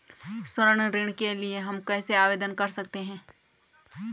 स्वर्ण ऋण के लिए हम कैसे आवेदन कर सकते हैं?